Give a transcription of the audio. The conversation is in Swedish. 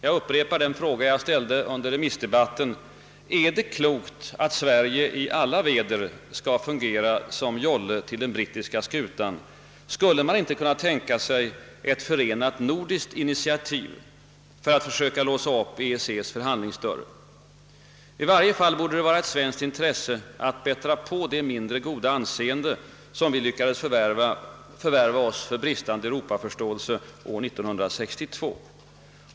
Jag upprepar den fråga som jag ställde under remissdebatten: Är det klokt »att Sverige i alla väder skall fungera som jolle till den brittiska skutan»? Skulle man inte kunna tänka sig ett förenat nordiskt initiativ för att låsa upp EEC:s förhandlingsdörr? I varje fall borde det vara ett svenskt intresse att bättra på det mindre goda anseende som vi lyckades förvärva oss för bristande europaförståelse år 1962.